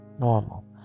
normal